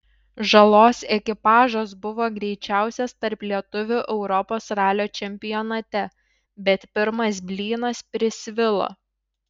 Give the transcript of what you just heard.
žalos ekipažas buvo greičiausias tarp lietuvių europos ralio čempionate bet pirmas blynas prisvilo